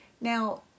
Now